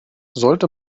sollte